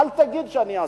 אל תגיד: אני אעשה.